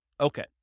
Okay